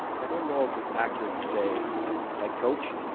i don't know if it's accurate to say head coach,